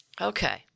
Okay